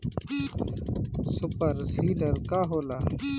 Super seeder का होला?